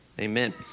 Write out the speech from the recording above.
Amen